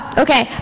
okay